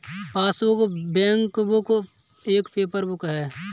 passbook, bankbook एक paper book है